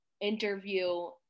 interview